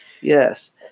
Yes